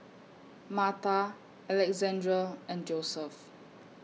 Marta Alexandre and Joseph